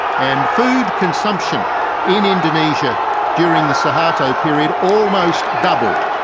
and food consumption in indonesia during the suharto period almost doubled.